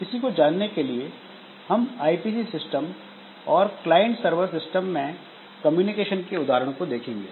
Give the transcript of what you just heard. इसी को जानने के लिए हम आईपीसी सिस्टम और क्लाइंट सर्वर सिस्टम में कम्युनिकेशन के उदाहरण को देखेंगे